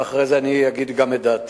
ואחרי זה אני אגיד גם את דעתי.